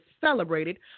celebrated